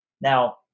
now